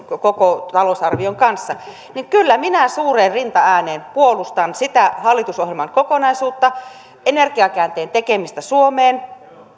koko talousarvion kanssa kyllä minä suureen rintaääneen puolustan sitä hallitusohjelman kokonaisuutta energiakäänteen tekemistä suomeen